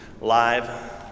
live